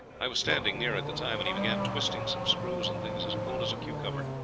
i was standing near at the time, and he began twisting some screws and things as cool as a cucumber,